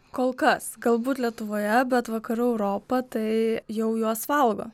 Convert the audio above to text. kol kas galbūt lietuvoje bet vakarų europa tai jau juos valgo